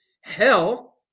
hell